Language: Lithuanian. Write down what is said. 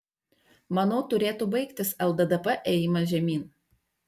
manau turėtų baigtis lddp ėjimas žemyn